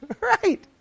right